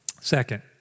Second